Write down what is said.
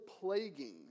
plaguing